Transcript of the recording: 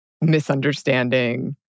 misunderstanding